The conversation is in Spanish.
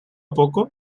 poco